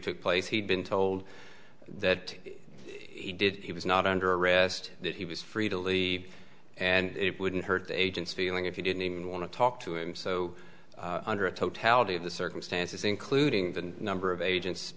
took place he'd been told that he did he was not under arrest that he was free to leave and it wouldn't hurt the agents feeling if you didn't even want to talk to him so under a totality of the circumstances including the number of agents